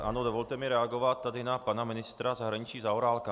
Ano, dovolte mi reagovat na pana ministra zahraničí Zaorálka.